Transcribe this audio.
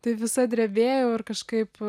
tai visa drebėjau ir kažkaip